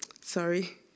sorry